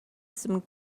some